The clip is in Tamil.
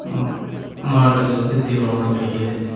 ம் மாட்டுக்களுக்கு தீவனமாக கிடைக்கிது